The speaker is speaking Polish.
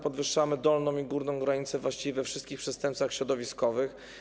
Podwyższamy dolną i górną granicę właściwie we wszystkich przestępstwach środowiskowych.